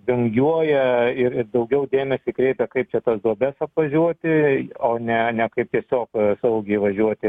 vingiuoja ir ir daugiau dėmesį kreipia kaip čia tas duobes apvažiuoti o ne ne kaip tiesiog saugiai važiuoti